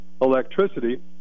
electricity